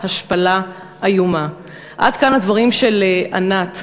השפלה איומה"; עד כאן הדברים של ענת.